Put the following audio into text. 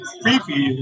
creepy